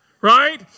right